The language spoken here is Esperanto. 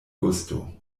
gusto